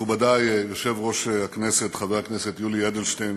מכובדי יושב-ראש הכנסת חבר הכנסת יולי אדלשטיין